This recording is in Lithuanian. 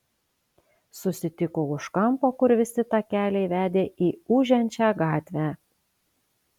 susitiko už kampo kur visi takeliai vedė į ūžiančią gatvę